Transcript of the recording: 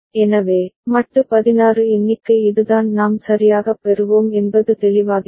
எனவே மட்டு 16 எண்ணிக்கை இதுதான் நாம் சரியாகப் பெறுவோம் என்பது தெளிவாகிறது